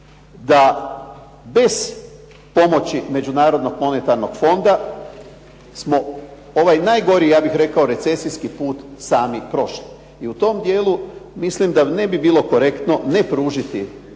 da bez pomoći Međunarodnog monetarnog fonda smo ovaj najgori ja bih rekao recesijski put sami prošli. I u tom dijelu mislim da ne bi bilo korektno ne pružiti